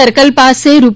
circle પાસે રૂ